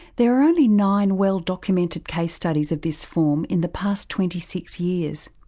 there are only nine well-documented case studies of this form in the past twenty-six years.